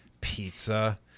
Pizza